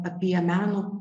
apie meno